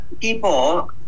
people